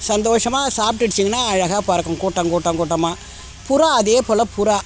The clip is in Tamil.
சந்தோஷமாக சாப்பிட்டிடுச்சிங்கன்னா அழகாக பறக்கும் கூட்டம் கூட்டம் கூட்டமாக புறா அதே போல புறா